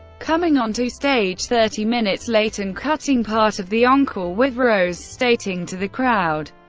coming onto stage thirty minutes late, and cutting part of the encore, with rose stating to the crowd,